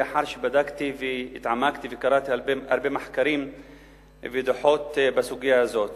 לאחר שבדקתי והתעמקתי וקראתי הרבה מחקרים ודוחות בסוגיה הזאת.